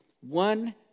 One